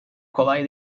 kolay